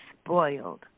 spoiled